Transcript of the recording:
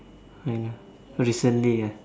I know recently ah